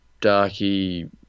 darky